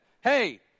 Hey